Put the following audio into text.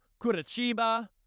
Curitiba